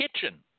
kitchen